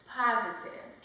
positive